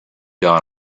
done